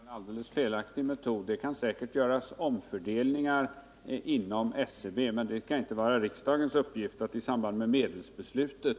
Herr talman! Det är en alldeles felaktig metod. Det kan säkert göras omfördelningar inom SCB, men det är inte riksdagens uppgift att göra det i samband med medelsbeslutet.